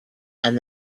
and